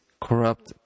corrupt